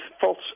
false